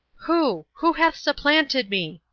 who, who hath supplanted me?